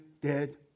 dead